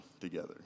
together